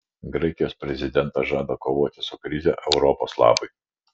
graikijos prezidentas žada kovoti su krize europos labui